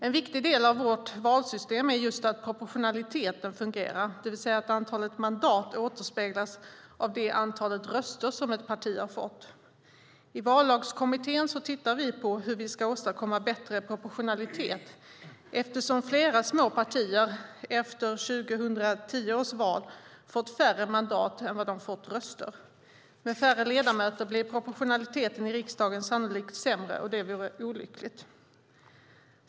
En viktig del av vårt valsystem är just att proportionaliteten fungerar, det vill säga att antalet mandat återspeglas av det antal röster som ett parti har fått. I vallagskommittén tittar vi på hur vi ska åstadkomma bättre proportionalitet, eftersom flera små partier efter 2010 års val fått färre mandat än vad de fått röster. Med färre ledamöter blir proportionaliteten i riksdagen sannolikt sämre, och det vore olyckligt.